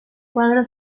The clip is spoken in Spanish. cuadro